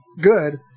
good